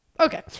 okay